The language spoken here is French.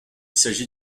s’agit